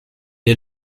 est